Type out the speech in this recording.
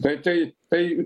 tai tai tai